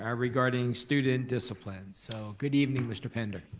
ah regarding student discipline, so good evening mr. pender.